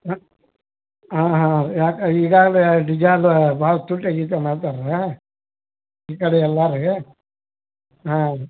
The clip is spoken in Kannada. ಹಾಂ ಹಾಂ ಹಾಂ ಯಾಕೆ ಈಗಾಗಲೆ ಡಿಜಾಲ್ ಭಾಳ್ ಮಾಡ್ತರಾ ಈ ಕಡೆ ಎಲ್ಲಾರೆ ಹಾಂ